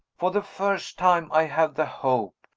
for the first time i have the hope,